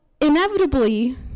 inevitably